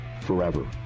forever